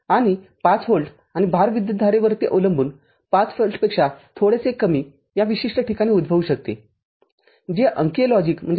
आणि ५ व्होल्ट आणि भार विद्युतधारेवरती अवलंबून ५ व्होल्टपेक्षा थोडेसे कमीया विशिष्ट ठिकाणी उद्भवू शकते जे अंकीय लॉजिक १ आहे